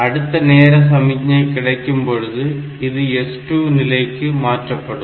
அடுத்த நேர சமிக்ஞை கிடைக்கும் பொழுது இது S2 நிலைக்கு மாற்றப்படும்